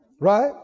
Right